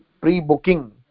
pre-booking